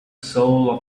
soul